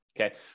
Okay